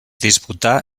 disputà